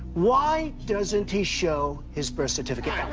why doesn't he show his birth certificate?